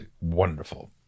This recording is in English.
wonderful